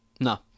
no